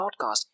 podcast